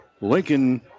Lincoln